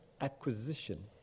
acquisition